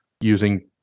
using